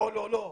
לא, לא, לא.